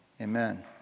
Amen